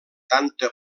tanta